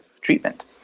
treatment